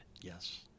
Yes